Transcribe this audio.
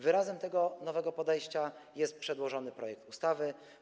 Wyrazem tego nowego podejścia jest przedłożony projekt ustawy.